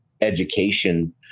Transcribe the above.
education